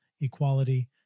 equality